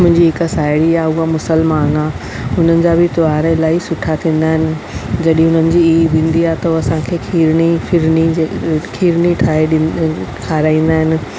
मुंहिंजी हिकु साहेड़ी आहे उहो मुसलमान आहे उन्हनि जा बि तहिवार इलाही सुठा थींदा आहिनि जॾहिं उन्हनि जी ईद ईंदी आहे त उहो असांखे खीरणी फिरनी जे खीरणी ठाहे ॾींदा खाराईंदा आहिनि